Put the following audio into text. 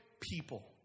people